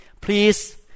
Please